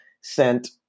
sent